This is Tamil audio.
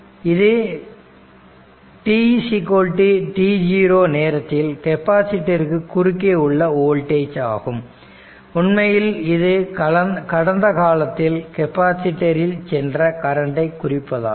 இது t t0 நேரத்தில் கெப்பாசிட்டருக்கு குறுக்கே உள்ள வோல்டேஜ் ஆகும் உண்மையில் இது கடந்த காலத்தில் கெபாசிட்டர் இல் சென்ற கரண்டை குறிப்பதாகும்